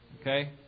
Okay